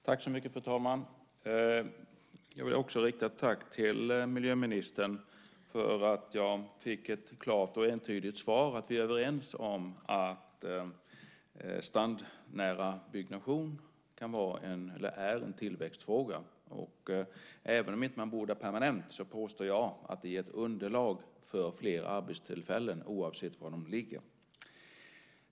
Fru talman! Jag vill också rikta ett tack till miljöministern för att jag fick ett klart och entydigt svar om att vi är överens om att strandnära byggnation är en tillväxtfråga. Även om man inte bor där permanent så påstår jag att det ger ett underlag för fler arbetstillfällen oavsett var de finns.